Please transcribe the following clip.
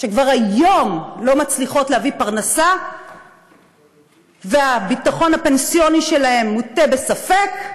שכבר היום לא מצליחות להביא פרנסה והביטחון הפנסיוני שלהן מוטל בספק,